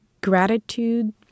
gratitude